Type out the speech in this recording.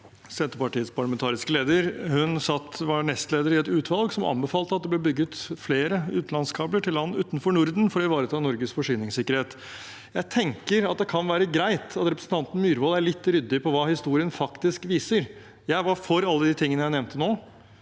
Senterpartiets parlamentariske leder, var nestleder i et utvalg som anbefalte at det ble bygget flere utenlandskabler til land utenfor Norden for å ivareta Norges forsyningssikkerhet. Jeg tenker det kan være greit at representanten Myhrvold er litt ryddig på hva historien faktisk viser. Jeg var for alle de tingene jeg nevnte nå.